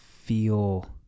feel